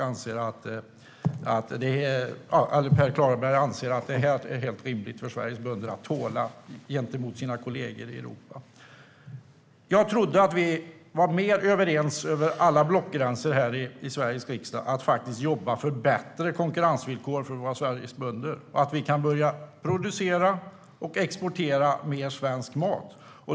Per Klarberg anser ju att detta är helt rimligt för Sveriges bönder att tåla gentemot kollegorna i Europa. Jag trodde att vi var med överens över alla blockgränser här i Sveriges riksdag om att faktiskt jobba för bättre konkurrensvillkor för Sveriges bönder, så att vi kan börja producera och exportera mer svensk mat.